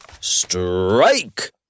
Strike